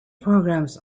programs